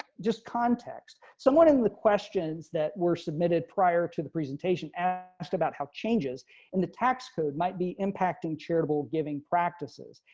just context, someone in the questions that were submitted prior to the presentation asked about how changes in the tax code might be impacting charitable giving practices.